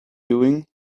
doing